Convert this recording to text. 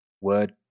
Word